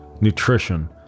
nutrition